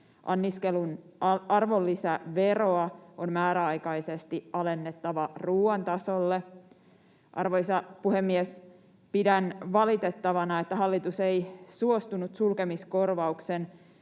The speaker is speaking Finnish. Anniskelun arvonlisäveroa on määräaikaisesti alennettava ruoan tasolle. Arvoisa puhemies! Pidän valitettavana, että hallitus ei suostunut sulkemiskorvauksen